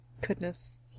Goodness